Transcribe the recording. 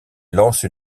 lance